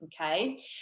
Okay